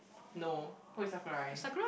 no who is Sakurai